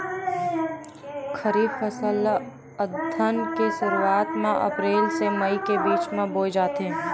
खरीफ फसल ला अघ्घन के शुरुआत में, अप्रेल से मई के बिच में बोए जाथे